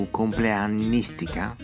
compleannistica